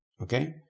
Okay